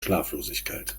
schlaflosigkeit